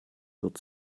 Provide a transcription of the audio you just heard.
wird